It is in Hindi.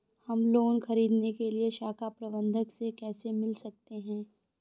हम लोन ख़रीदने के लिए शाखा प्रबंधक से कैसे मिल सकते हैं?